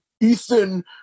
ethan